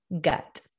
gut